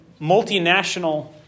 multinational